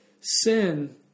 sin